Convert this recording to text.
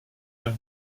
d’un